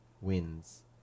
wins